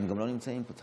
הם גם לא נמצאים פה.